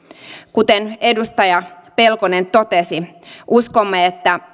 kuten edustaja pelkonen totesi uskomme että